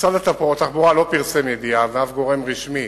משרד התחבורה לא פרסם ידיעה, ואף גורם רשמי